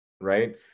right